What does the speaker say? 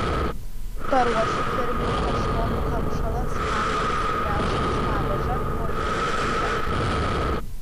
paruošiu firminį kaštonų kamšalą spanguolių su kriaušėmis padažą moliūgų tyrę